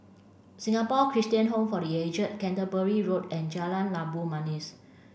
Singapore Christian Home for The Aged Canterbury Road and Jalan Labu Manis